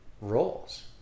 roles